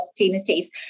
opportunities